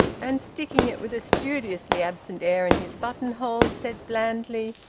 and sticking it with a studiously absent air in his button-hole, said blandly,